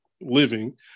living